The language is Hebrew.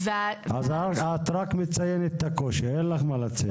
אם כך, את רק מציינת את הקושי, אין לך מה להציע.